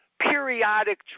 periodic